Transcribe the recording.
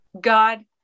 God